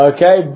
Okay